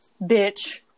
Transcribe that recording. bitch